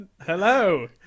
Hello